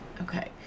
Okay